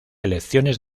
elecciones